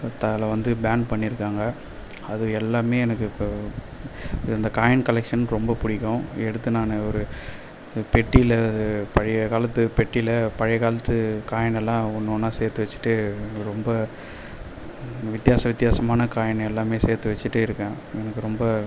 தாள வந்து பேண்ட் பண்ணிருக்காங்க அது எல்லாமே எனக்கு இப்போ இந்த காயின் கலெக்ஷன் ரொம்ப பிடிக்கும் எடுத்து நான் ஒரு பெட்டியில் பழைய காலத்து பெட்டியில பழைய காலத்து காயினெல்லாம் ஒன்று ஒன்னாக சேர்த்து வச்சிகிட்டு ரொம்ப வித்தியாச வித்யாசமான காயின் எல்லாமே சேர்த்து வச்சிகிட்டே இருக்கேன் எனக்கு ரொம்ப